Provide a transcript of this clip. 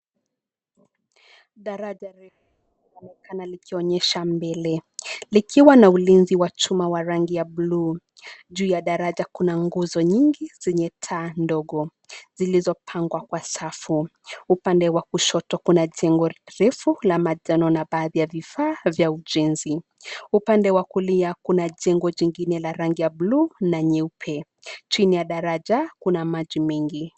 Daraja refu linaonekana likionyesha mbele likiwa na ulinzi wa chuma wa rangi ya bluu. Juu ya daraja kuna nguzo nyingi zenye taa ndogo, zilizopangwa kwa safu. Upande wa kushoto kuna jengo refu la manjano na baadhi ya vifaa vya ujenzi. Upande wa kulia kuna jengo jingine la rangi ya bluu na nyeupe. Chini ya daraja kuna maji mengi.